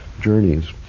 journeys